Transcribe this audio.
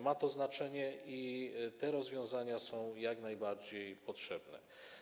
Ma to znaczenie i te rozwiązania są jak najbardziej potrzebne.